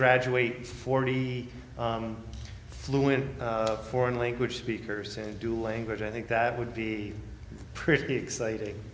graduate forty flew in foreign language speakers and dual language i think that would be pretty exciting